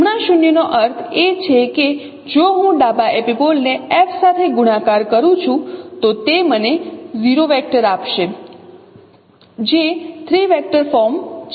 જમણા શૂન્યનો અર્થ એ છે કે જો હું ડાબા એપિપોલ ને F સાથે ગુણાકાર કરું છું તો તે મને 0 વેક્ટર આપશે જે 3 વેક્ટર ફોર્મ છે